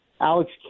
Alex